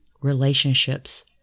relationships